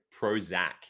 prozac